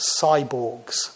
cyborgs